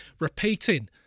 repeating